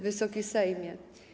Wysoki Sejmie!